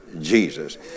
Jesus